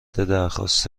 درخواست